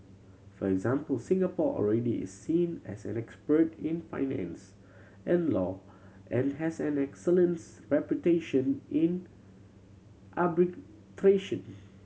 for example Singapore already is seen as an expert in finance and law and has an excellence reputation in arbitration